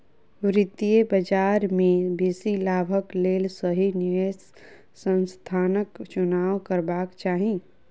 वित्तीय बजार में बेसी लाभक लेल सही निवेश स्थानक चुनाव करबाक चाही